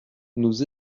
nous